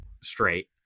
straight